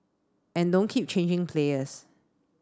and don't keep changing players